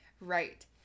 Right